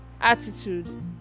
attitude